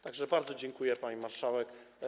Tak że bardzo dziękuję, pani marszałek.